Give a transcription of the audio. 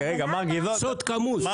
סוד כמוס.